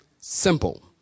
Simple